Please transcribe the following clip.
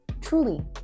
Truly